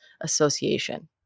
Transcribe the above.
association